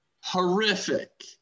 horrific